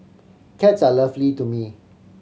cats are lovely to me